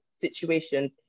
situation